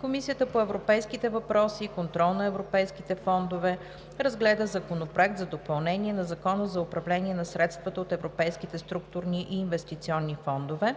Комисията по европейските въпроси и контрол на европейските фондове разгледа Законопроект за допълнение на Закона за управление на средствата от европейските структурни и инвестиционни фондове,